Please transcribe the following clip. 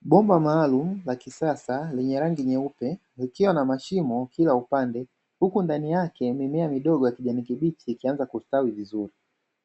Bomba maalum la kisasa lenye rangi nyeupe likiwa na mashimo kila upande, huku ndani yake mimea midogo ya kijani kibichi ikianza kustawi vizuri,